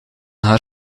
haar